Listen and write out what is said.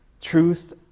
Truth